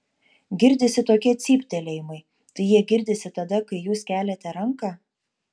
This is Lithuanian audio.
girdisi tokie cyptelėjimai tai jie girdisi tada kai jūs keliate ranką